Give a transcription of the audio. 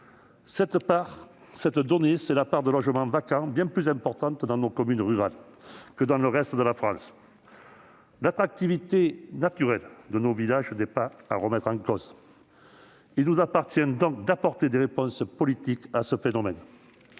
notre groupe, est essentielle : la part de logements vacants est bien plus importante dans nos communes rurales que dans le reste de la France. L'attractivité naturelle de nos villages n'est pas en cause. Il nous appartient donc d'apporter des réponses politiques à ce phénomène.